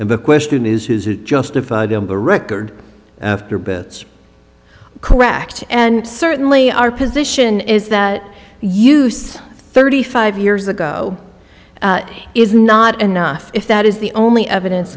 and the question is is it justified on the record after bets correct and certainly our position is that use thirty five years ago is not enough if that is the only evidence